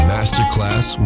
Masterclass